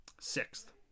sixth